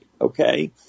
Okay